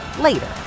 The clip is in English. later